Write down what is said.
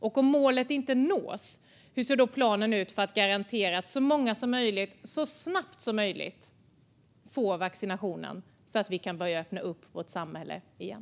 Och om målet inte nås, hur ser då planen ut för att garantera att så många som möjligt så snabbt som möjligt får vaccinationen, så att vi kan börja öppna upp vårt samhälle igen?